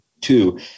two